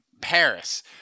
Paris